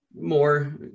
more